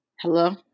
Hello